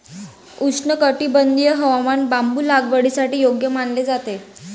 उष्णकटिबंधीय हवामान बांबू लागवडीसाठी योग्य मानले जाते